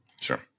Sure